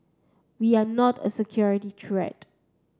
we are not a security threat